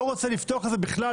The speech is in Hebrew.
לא רוצה לפתוח את זה בכלל,